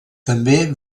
també